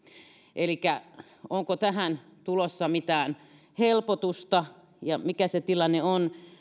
elikkä onko tähän tulossa mitään helpotusta ja mikä se tilanne on